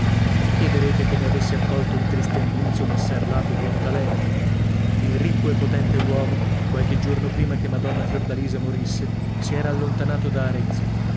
mi chiederete come avesse accolto il triste annunzio messer lapo buontalenti il ricco e potente uomo qualche giorno prima che madonna fiordalisa morisse si era allontanato da arezzo